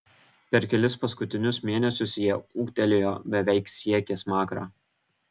per kelis paskutinius mėnesius jie ūgtelėjo beveik siekė smakrą